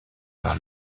par